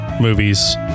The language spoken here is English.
movies